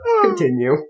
Continue